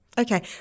Okay